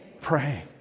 praying